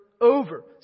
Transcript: over